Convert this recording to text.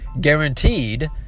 guaranteed